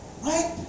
Right